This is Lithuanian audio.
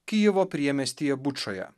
kijevo priemiestyje bučoje